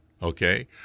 Okay